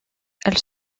elle